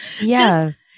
Yes